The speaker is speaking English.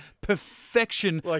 perfection